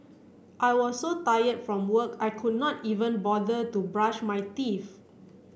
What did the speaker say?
I was so tired from work I could not even bother to brush my teeth